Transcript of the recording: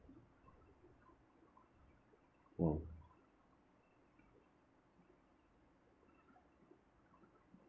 !wow!